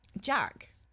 Jack